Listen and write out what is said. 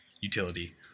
utility